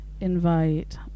invite